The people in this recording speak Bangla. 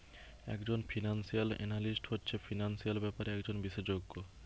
একজন ফিনান্সিয়াল এনালিস্ট হচ্ছে ফিনান্সিয়াল ব্যাপারে একজন বিশেষজ্ঞ